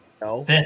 No